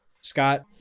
Scott